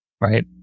Right